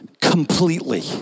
completely